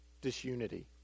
disunity